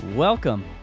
Welcome